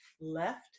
left